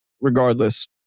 regardless